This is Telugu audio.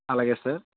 అలాగే సార్